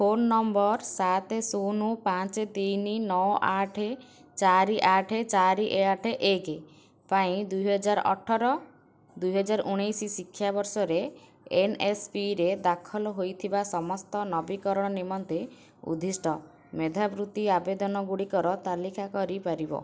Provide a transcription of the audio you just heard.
phone number ସାତ ଶୂନ ପାଞ୍ଚ ତିନି ନଅ ଆଠ ଚାରି ଆଠ ଚାରି ଆଠ ଏକ ପାଇଁ ଦୁଇହଜାର ଅଠର ଦୁଇହଜାର ଉନେଇଶ ଶିକ୍ଷାବର୍ଷରେ ଏନ୍ଏସ୍ପିରେ ଦାଖଲ ହେଇଥିବା ସମସ୍ତ ନବୀକରଣ ନିମନ୍ତେ ଉଦ୍ଦିଷ୍ଟ ମେଧାବୃତ୍ତି ଆବେଦନଗୁଡ଼ିକର ତାଲିକା କରି ପାରିବ